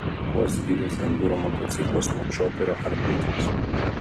kuo skiriasi enduro motociklas nuo čioperio ar britvos